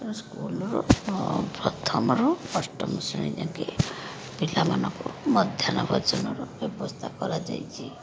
ତେଣୁ ସ୍କୁଲ୍ରୁ ପ୍ରଥମରୁ ଅଷ୍ଟମ ଶ୍ରେଣୀ ଯାଏଁ କେ ପିଲାମାନଙ୍କୁ ମଧ୍ୟାହ୍ନ ଭୋଜନର ବ୍ୟବସ୍ଥା କରାଯାଇଛି